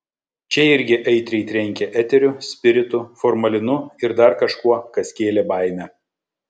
čia irgi aitriai trenkė eteriu spiritu formalinu ir dar kažkuo kas kėlė baimę